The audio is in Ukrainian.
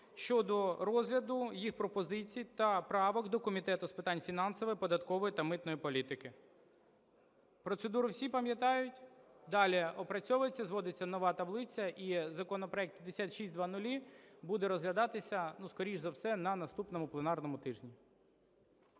щодо розгляду їх пропозицій та правок до Комітету з питань фінансової, податкової та митної політики. Процедуру всі пам'ятають? Далі опрацьовується і зводиться нова таблиця і законопроект 5600 буде розглядатися, скоріш за все, на наступному пленарному тижні.